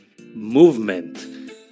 movement